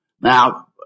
Now